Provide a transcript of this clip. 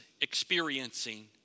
experiencing